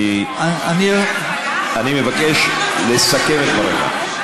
אני מבקש לסכם את דבריך.